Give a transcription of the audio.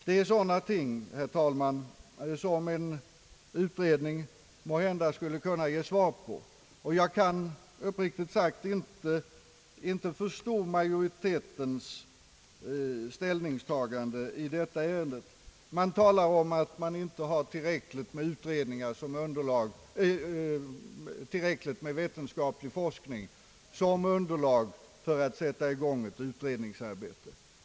Det är sådana ting, herr talman, som en utredning måhända skulle kunna ge svar på, och jag kan uppriktigt sagt inte förstå majoritetens ställningstagande i detta ärende. Man talar om att man inte har tillräckligt med vetenskaplig forskning som underlag för att sätta i gång ett utredningsarbete.